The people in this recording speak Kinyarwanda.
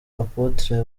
apotre